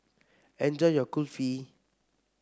enjoy your Kulfi